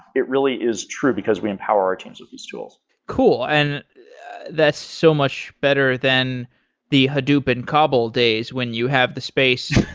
it really is true, because we empower our teams with these tools cool. and that's so much better than the hadoop and cobol days when you have the space,